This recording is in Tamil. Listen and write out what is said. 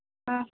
ஆ